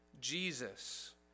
Jesus